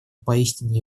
поистине